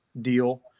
deal